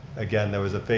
again there was a